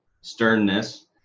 sternness